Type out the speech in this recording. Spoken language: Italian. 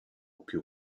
più